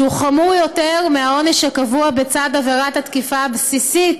והוא חמור יותר מהעונש הקבוע בצד עבירת התקיפה הבסיסית